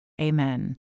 Amen